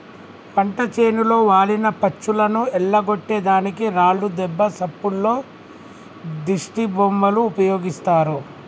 పంట చేనులో వాలిన పచ్చులను ఎల్లగొట్టే దానికి రాళ్లు దెబ్బ సప్పుల్లో దిష్టిబొమ్మలు ఉపయోగిస్తారు